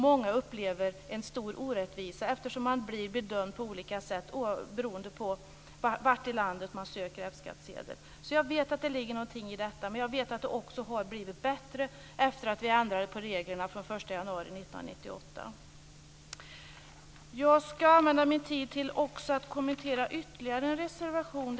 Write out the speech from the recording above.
Många upplever en stor orättvisa eftersom man blir bedömd på olika sätt beroende på var i landet man söker F Jag vet alltså att det ligger någonting i detta, men jag vet att det också har blivit bättre efter det att vi ändrade på reglerna från den 1 januari 1998. Jag ska använda min tid till att också kommentera ytterligare en reservation.